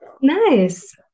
Nice